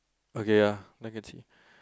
okay ah now can see